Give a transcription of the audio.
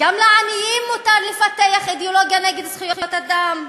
גם לעניים מותר לפתח אידיאולוגיה נגד זכויות אדם,